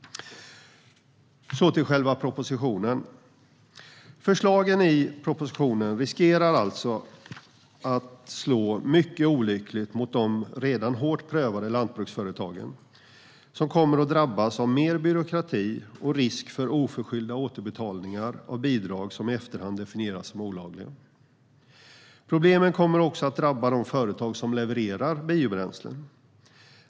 För att gå över till själva propositionen riskerar alltså förslagen där att slå mycket olyckligt mot de redan hårt prövade lantbruksföretagen, som kommer att drabbas av mer byråkrati och risk för oförskyllda återbetalningar av bidrag som i efterhand definieras som olagliga. Problemen kommer också att drabba de företag som levererar biobränslen.